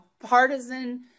partisan